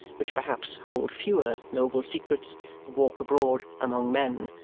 which perhaps hold fewer noble secrets than walk abroad among men,